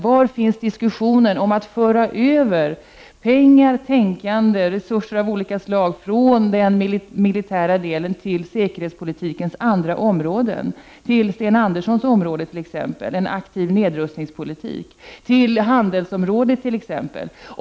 Var finns diskussionen om att föra över pengar, tänkande och resurser av olika slag från den militära delen av säkerhetspolitiken till dess andra områden, t.ex. till Sten Anderssons område, till en aktiv nedrustningspolitik, till handelsområdet osv.?